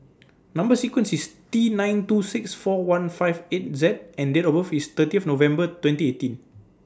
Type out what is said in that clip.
Number sequence IS T nine two six four one five eight Z and Date of birth IS thirtieth November twenty eighteen